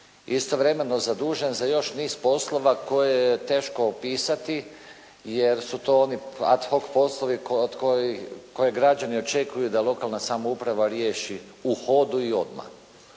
Istovremeno zadužen za još niz poslova koje je teško opisati, jer su to oni ad hoc poslovi koje građani očekuju da lokalna samouprava riješi u hodu i odmah